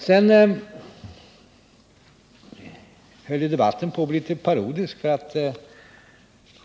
Sedan höll debatten på att bli litet parodisk.